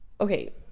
okay